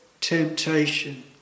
temptation